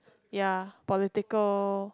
ya political